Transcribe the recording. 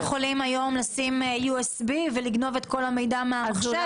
והם לא יכולים לשים היום USB ולגנוב את כל המידע מהמחשב.